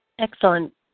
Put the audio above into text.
Excellent